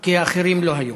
כי האחרים לא היו.